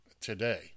today